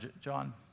John